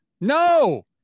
No